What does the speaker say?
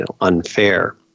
unfair